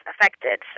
affected